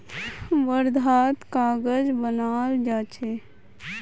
वर्धात कागज बनाल जा छे